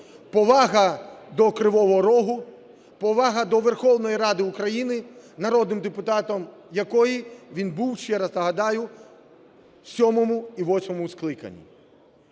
повага до Кривого Рогу, повага до Верховної Ради України, народним депутатом якої він був, ще раз нагадаю, у сьомому і восьмому скликаннях.